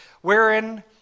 wherein